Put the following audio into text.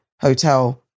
hotel